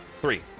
Three